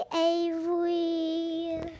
Avery